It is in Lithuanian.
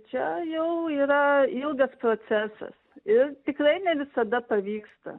čia jau yra ilgas procesas ir tikrai ne visada pavyksta